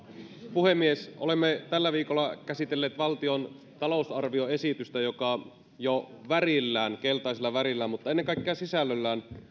puhemies olemme tällä viikolla käsitelleet valtion talousarvioesitystä joka jo keltaisella värillään mutta ennen kaikkea sisällöllään